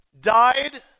died